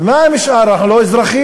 ומה עם השאר, אנחנו לא אזרחים?